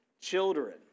Children